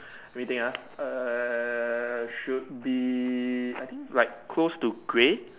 waiting ah err should be I think like close to grey